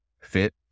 fit